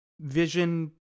Vision